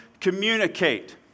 communicate